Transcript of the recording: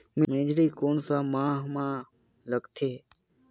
मेझरी कोन सा माह मां लगथे